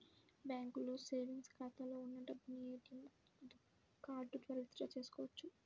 బ్యాంకులో సేవెంగ్స్ ఖాతాలో ఉన్న డబ్బును ఏటీఎం కార్డు ద్వారా విత్ డ్రా చేసుకోవచ్చు